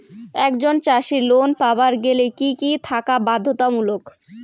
একজন চাষীর লোন পাবার গেলে কি কি থাকা বাধ্যতামূলক?